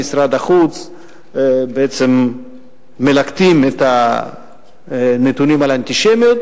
גם משרד החוץ מלקטים את הנתונים על אנטישמיות,